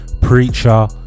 Preacher